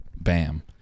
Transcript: bam